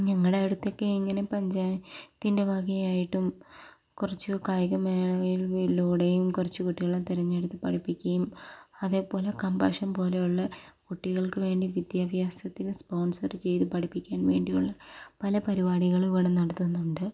ഞങ്ങളുടെ അടുത്തൊക്കെ ഇങ്ങനെ പഞ്ചായ ത്തിൻ്റെ വകയായിട്ടും കുറച്ച് കായികമേളയിലൂടെയും കുറച്ച് കുട്ടികളെ തെരഞ്ഞെടുത്ത് പഠിപ്പിക്കുകയും അതേപോലെ കമ്പാഷം പോലെയുള്ള കുട്ടികൾക്ക് വേണ്ടി വിദ്യാഭ്യാസത്തിന് സ്പോൺസർ ചെയ്ത് പഠിപ്പിക്കാൻ വേണ്ടിയുള്ള പല പരിപാടികളും ഇവിടെ നടത്തുന്നുണ്ട്